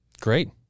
Great